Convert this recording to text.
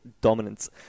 dominance